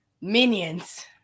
Minions